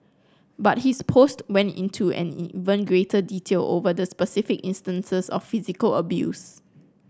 but his post went into and even greater detail over the specific instances of physical abuse